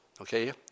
okay